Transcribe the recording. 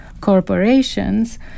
corporations